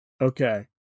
Okay